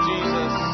Jesus